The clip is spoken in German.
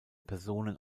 personen